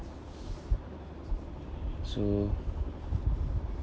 so